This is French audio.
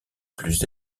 plus